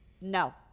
No